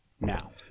now